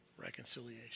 reconciliation